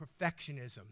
perfectionism